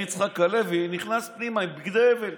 יצחק הלוי נכנס פנימה עם בגדי אבל.